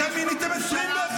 מי יחליף את הפצועים?